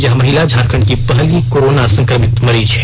यह महिला झारखण्ड की पहली कोरोना संक्रमित मरीज है